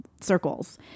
circles